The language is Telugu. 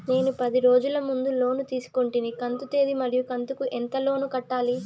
నేను పది రోజుల ముందు లోను తీసుకొంటిని కంతు తేది మరియు కంతు కు ఎంత లోను కట్టాలి?